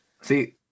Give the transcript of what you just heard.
See